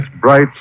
bright